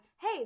hey